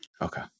Okay